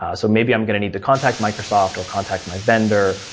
ah so maybe i'm going to need to contact microsoft, or contact my vendor,